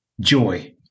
joy